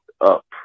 Up